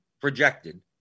projected